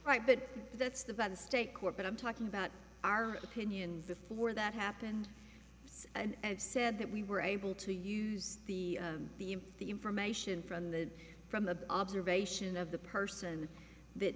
right but that's the bad state court but i'm talking about our opinion before that happened and said that we were able to use the the the information from the from the observation of the person that